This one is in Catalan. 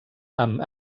amb